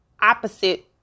opposite